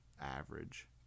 average